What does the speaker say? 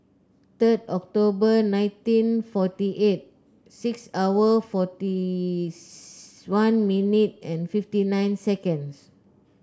third October nineteen forty eight six hour forty one minute and fifty nine seconds